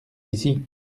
ici